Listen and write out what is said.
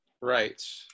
Right